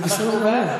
זה בסדר.